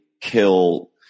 kill